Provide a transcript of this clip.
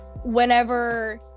whenever